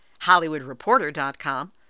HollywoodReporter.com